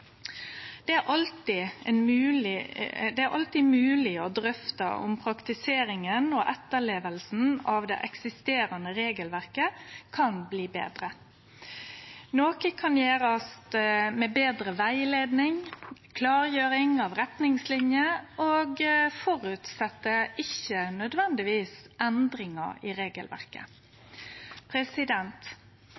Det er alltid mogleg å drøfte om praktiseringa og etterlevinga av det eksisterande regelverket kan bli betre. Noko kan gjerast med betre rettleiing og klargjering av retningslinjer og føreset ikkje nødvendigvis endringar i regelverket.